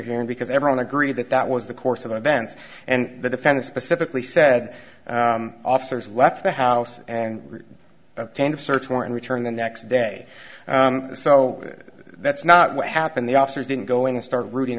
and because everyone agreed that that was the course of events and the defendant specifically said officers left the house and attend a search warrant return the next day so that that's not what happened the officers didn't go in and start rooting